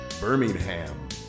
Birmingham